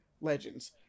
legends